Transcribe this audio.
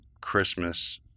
Christmas